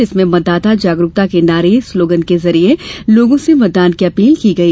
जिसमें मतदाता जागरूकता के नारे स्लोगन के जरिए लोगों से मतदान की अपील की गई